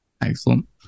Excellent